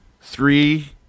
three